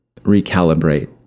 recalibrate